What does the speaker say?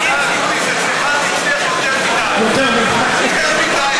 כדי לדייק, הוא היה באצ"ל.